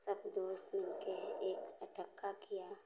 सब दोस्त लोग कहे एक अटक्का किया